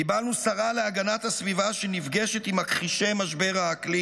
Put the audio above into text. קיבלנו שרה להגנת הסביבה שנפגשת עם מכחישי משבר האקלים